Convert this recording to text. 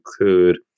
include